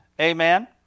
Amen